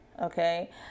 okay